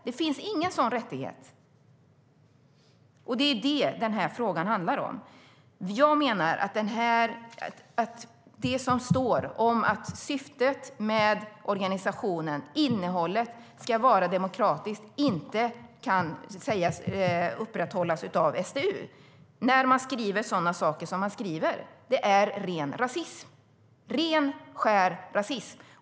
Det finns ingen sådan rättighet, och det är det denna fråga handlar om. Jag menar att det som står om att syftet, innehållet, i organisationen ska vara demokratiskt inte kan sägas uppfyllas av SDU när man skriver sådana saker som man skriver. Det är ren och skär rasism.